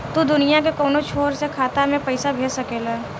तू दुनिया के कौनो छोर से खाता में पईसा भेज सकेल